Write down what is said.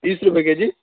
بیس روپیے کے جی